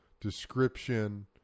description